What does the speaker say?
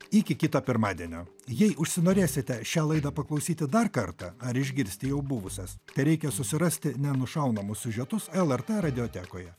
iki kito pirmadienio jei užsinorėsite šią laidą paklausyti dar kartą ar išgirsti jau buvusias tereikia susirasti nenušaunamus siužetus lrt radiotekoje